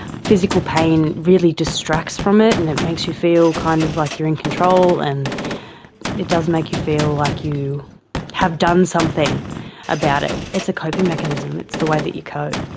physical pain really distracts from it and it makes you feel kind of like you are in control. and it does make you feel like you have done something about it. it's a coping mechanism, it's the way that you cope.